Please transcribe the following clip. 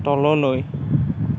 তললৈ